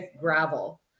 gravel